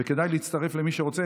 וכדאי להצטרף, למי שרוצה.